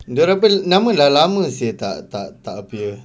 dia orang pun nama dah lama seh tak tak tak appear